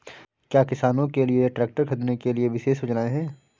क्या किसानों के लिए ट्रैक्टर खरीदने के लिए विशेष योजनाएं हैं?